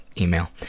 email